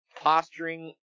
posturing